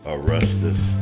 Arrestus